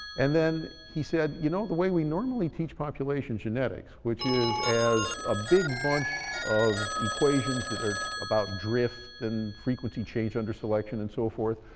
and then he said, you know, the way we normally teach population genetics, which is as a big bunch of equations that are about drift and frequency change under selection and so forth,